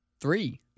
three